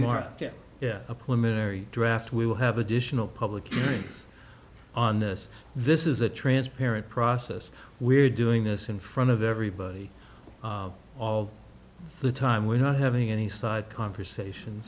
tomorrow a pulmonary draft we will have additional public hearings on this this is a transparent process we're doing this in front of everybody all the time we're not having any side conversation